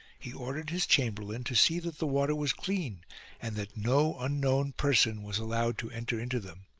he ordered his chamberlain to see that the water was clean and that no unknown person was allowed to enter into them.